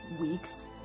weeks